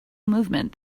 movement